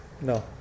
No